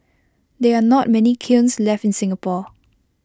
there are not many kilns left in Singapore